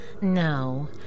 No